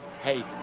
hey